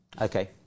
okay